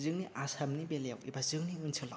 जोंनि आसामनि बेलायाव एबा जोंनि ओनसोलाव